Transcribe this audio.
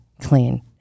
clean